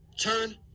turn